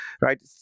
right